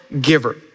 giver